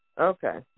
okay